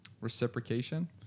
reciprocation